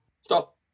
Stop